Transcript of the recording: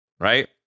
right